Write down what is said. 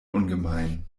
ungemein